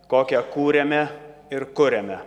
kokią kūrėme ir kuriame